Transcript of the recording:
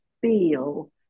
feel